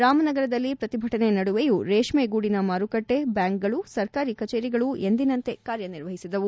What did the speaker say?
ರಾಮನಗರದಲ್ಲಿ ಪ್ರತಿಭಟನೆ ನಡುವೆಯೂ ರೇಷ್ಟೆಗೂಡಿನ ಮಾರುಕಟ್ಟೆ ಬ್ಯಾಂಕ್ಗಳು ಸರ್ಕಾರಿ ಕಚೇರಿಗಳು ಎಂದಿನಂತೆ ಕಾರ್ಯನಿರ್ವಹಿಸಿದವು